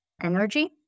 energy